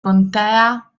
contea